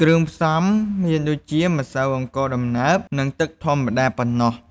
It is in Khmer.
គ្រឿងផ្សំមានដូចជា ម្សៅអង្ករដំណើប និងទឹកធម្មតា ប៉ុណ្ណោះ។